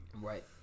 Right